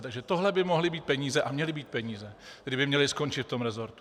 Takže tohle by mohly být peníze a měly být peníze, které by měly skončit v tom resortu.